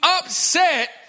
upset